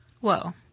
Whoa